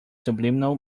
subliminal